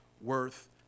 worth